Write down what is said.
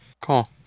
cool